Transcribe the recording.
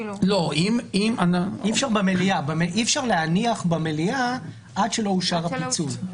אי אפשר להניח במליאה עד שלא אושר הפיצול.